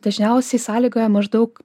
dažniausiai sąlygoja maždaug